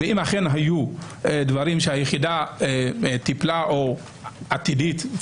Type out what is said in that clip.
ואם אכן היו דברים שהיחידה טיפלה או עתידה לטפל,